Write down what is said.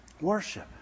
Worship